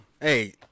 hey